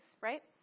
right